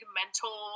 mental